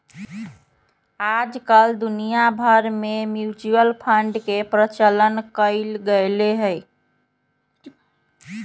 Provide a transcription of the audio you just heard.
आजकल दुनिया भर में म्यूचुअल फंड के प्रचलन कइल गयले है